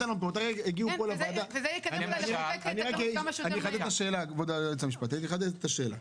אחדד את השאלה: